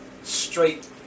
straight